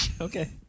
Okay